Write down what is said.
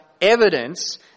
evidence